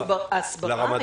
זה ידרוש הסברה